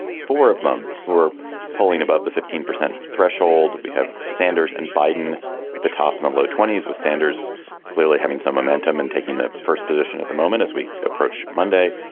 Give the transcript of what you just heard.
four of them who are polling above the fifteen percent threshold we have sanders and biden at the top in the and low twenty s, with sanders clearly having some momentum and taking the first position at the moment as we approach monday.